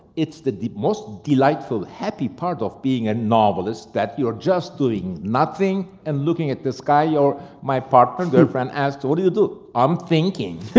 it's the most delightful, happy part of being a novelist that you're just doing nothing and looking at the sky, or my partner, girlfriend, asks, what do you do i'm thinking,